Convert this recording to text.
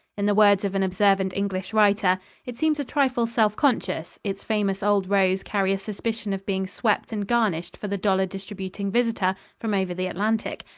in the words of an observant english writer it seems a trifle self-conscious its famous old rows carry a suspicion of being swept and garnished for the dollar-distributing visitor from over the atlantic,